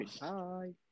Hi